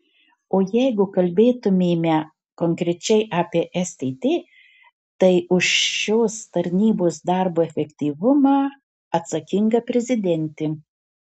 o jeigu kalbėtumėme konkrečiai apie stt tai už šios tarnybos darbo efektyvumą atsakinga prezidentė